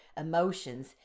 emotions